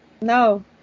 No